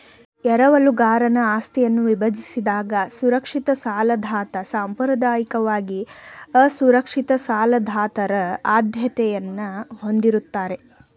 ಎರವಲುಗಾರನ ಆಸ್ತಿಯನ್ನ ವಿಭಜಿಸಿದಾಗ ಸುರಕ್ಷಿತ ಸಾಲದಾತ ಸಾಂಪ್ರದಾಯಿಕವಾಗಿ ಅಸುರಕ್ಷಿತ ಸಾಲದಾತರ ಆದ್ಯತೆಯನ್ನ ಹೊಂದಿರುತ್ತಾರೆ